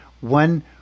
one